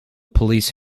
police